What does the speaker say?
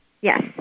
Yes